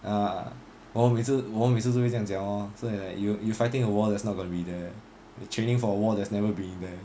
uh 我们每次我们每次就会这样讲 lor so it's like you you fighting a war that's not going to be there training for a war there's never been there